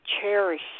cherish